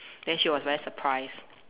then she was very surprised